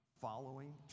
following